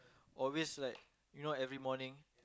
always like you know every morning